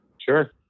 Sure